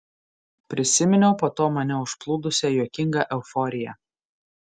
prisiminiau po to mane užplūdusią juokingą euforiją